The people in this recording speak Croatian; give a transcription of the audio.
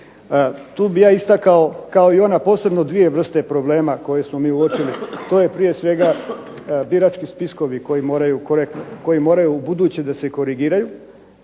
Tu bih ja istakao kao i ona posebno dvije vrste problema koje smo mi uočili. To je prije svega birački spiskovi koji moraju ubuduće da se korigiraju